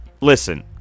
listen